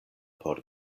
por